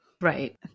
right